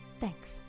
Thanks